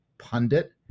pundit